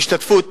בהשתתפות